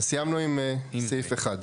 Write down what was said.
טוב, אז סיימנו עם סעיף (1).